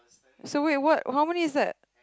so wait what how many is that